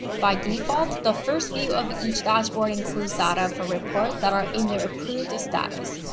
by default the first view of each dashboard includes data for reports that are in the approved status.